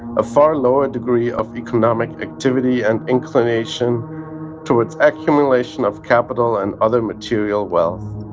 a far lower degree of economic activity and inclination towards accumulation of capital and other material wealth